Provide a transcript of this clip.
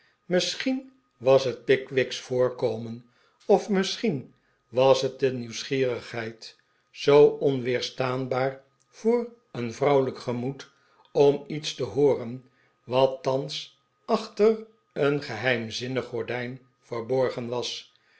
misschien was het picwick's voorkomen of misschien was het de nieuwsgierigheid zoo onweerstaanbaar voor een vrouwelijk gemoed om iets te hooren wat thans achter een geheimzinnig gordijn verborgen was